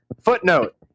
Footnote